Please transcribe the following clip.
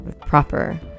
proper